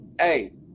hey